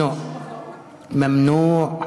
"ממנוע".